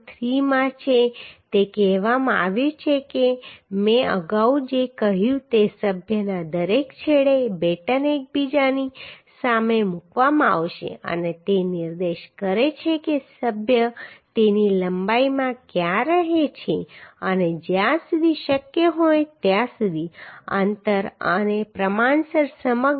3 માં છે તે કહેવામાં આવ્યું છે કે મેં અગાઉ જે કહ્યું તે સભ્યના દરેક છેડે બેટન એકબીજાની સામે મૂકવામાં આવશે અને તે નિર્દેશ કરે છે કે સભ્ય તેની લંબાઈમાં ક્યાં રહે છે અને જ્યાં સુધી શક્ય હોય ત્યાં સુધી અંતર અને પ્રમાણસર સમગ્ર